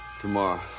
tomorrow